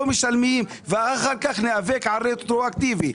משלמים ואחר כך ניאבק על תשלום רטרואקטיבי.